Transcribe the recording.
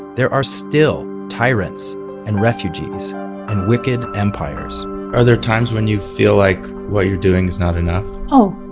there are still tyrants and refugees and wicked empires are there are there times when you feel like what you're doing is not enough oh,